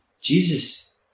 Jesus